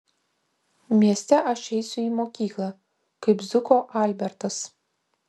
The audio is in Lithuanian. mieste aš eisiu į mokyklą kaip zuko albertas